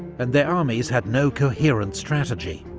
and their armies had no coherent strategy.